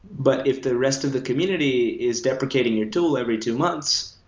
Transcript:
but if the rest of the community is deprecating your tool every two months,